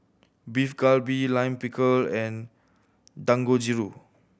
Beef Galbi Lime Pickle and Dangojiru